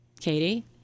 Katie